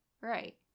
Right